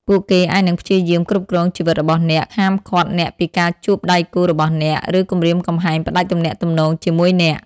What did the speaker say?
ពួកគេអាចនឹងព្យាយាមគ្រប់គ្រងជីវិតរបស់អ្នក ហាមឃាត់អ្នកពីការជួបដៃគូរបស់អ្នក ឬគំរាមកំហែងផ្តាច់ទំនាក់ទំនងជាមួយអ្នក។